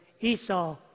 Esau